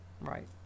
Right